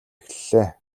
эхэллээ